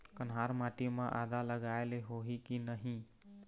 कन्हार माटी म आदा लगाए ले होही की नहीं?